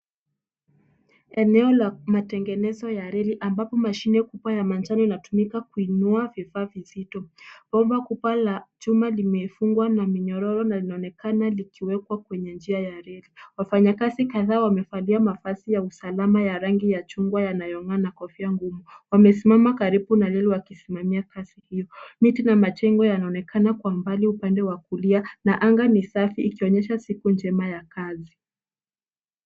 Eneo la matengenezo ya reli ambapo mashine kubwa ya manjano inatumika kuinua vifaa vizito. Bomba kubwa la chuma limefungwa na minyororo na linaonekana likiwekwa kwenye njia ya reli. Wafanyakazi kadhaa wamevalia mavazi ya usalama ya rangi ya chungwa yanayong'aa na kofia ngumu. Wamesimama karibu na reli wakisimamia kazi hio. Miti na majengo yanaonekana kwa mbali upande wa kulia na anga ni safi ikionyesha siku njema ya kazi.